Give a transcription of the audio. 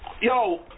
yo